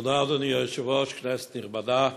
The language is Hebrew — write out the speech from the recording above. אדוני היושב-ראש, תודה, כנסת נכבדה,